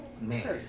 man